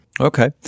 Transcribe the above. Okay